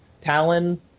Talon